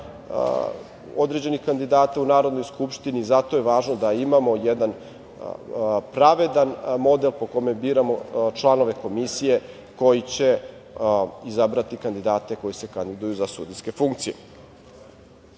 određenih kandidata u Narodnoj skupštini. Zato je važno da imamo jedan pravedan model po kome biramo članove komisije koji će izabrati kandidate koji se kandiduju za sudijske funkcije. Neophodno